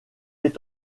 est